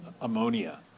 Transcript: ammonia